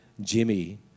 Jimmy